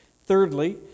Thirdly